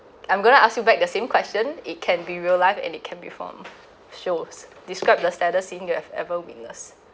I'm going to ask you back the same question it can be real life and it can be from shows described the saddest scene you have ever witness